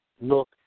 look